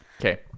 Okay